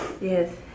Yes